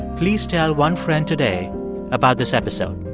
please tell one friend today about this episode.